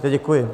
Děkuji.